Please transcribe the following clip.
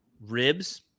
ribs